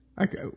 Okay